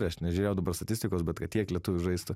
aš nežiūrėjau dabar statistikos bet kad tiek lietuvių žaistų